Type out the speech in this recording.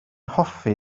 hoffi